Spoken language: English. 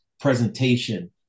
presentation